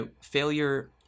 failure